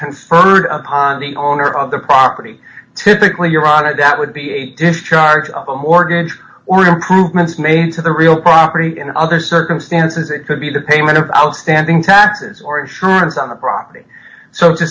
conferred upon the owner of the property typically your honor that would be a gift charge on mortgage or improvements made to the real property in other circumstances it could be the payment of outstanding taxes or insurance on the property so to